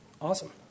Awesome